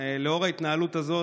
לנוכח ההתנהלות הזאת,